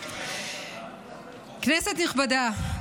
כנסת נכבדה,